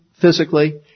physically